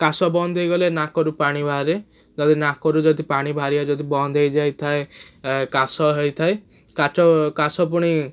କାଶ ବନ୍ଦ ହେଇଗଲେ ନାକରୁ ପାଣି ବାହାରେ ଯଦି ନାକରୁ ଯଦି ପାଣି ବାହାରିବା ବନ୍ଦ ହେଇଯାଇଥାଏ କାଶ ହେଇଥାଏ କାଶ ପୁଣି